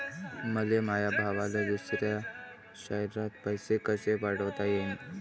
मले माया भावाले दुसऱ्या शयरात पैसे कसे पाठवता येईन?